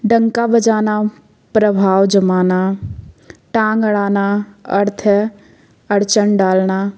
डंका बजाना प्रभाव जमाना टांग अड़ाना अर्थ है अड़चन डालना